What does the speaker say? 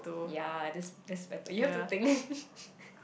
ya that's that's better you have to think